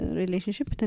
relationship